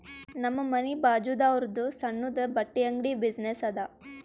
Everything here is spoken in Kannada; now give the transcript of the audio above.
ನಮ್ ಮನಿ ಬಾಜುದಾವ್ರುದ್ ಸಣ್ಣುದ ಬಟ್ಟಿ ಅಂಗಡಿ ಬಿಸಿನ್ನೆಸ್ ಅದಾ